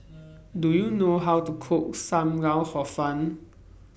Do YOU know How to Cook SAM Lau Hor Fun